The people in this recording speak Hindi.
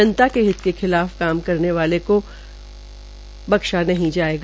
जनता के हित के खिलाफ काम करने वाले को बख्शा नहीं जायेगा